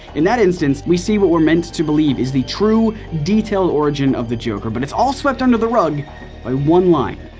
in that instance, we see what we're meant to believe is the true detailed origin of the joker, but it's all swept under the rug by one line.